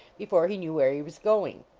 before he knew where he was going.